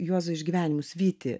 juozo išgyvenimus vyti